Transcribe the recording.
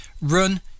run